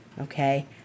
Okay